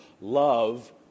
love